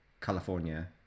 California